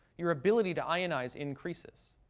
your ability to ionize increases.